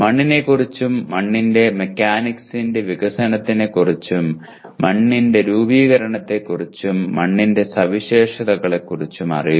മണ്ണിനെക്കുറിച്ചും മണ്ണിന്റെ മെക്കാനിക്സിന്റെ വികസനത്തെക്കുറിച്ചും മണ്ണിന്റെ രൂപീകരണത്തെക്കുറിച്ചും മണ്ണിന്റെ സവിശേഷതകളെക്കുറിച്ചും അറിയുക